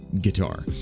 guitar